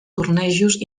tornejos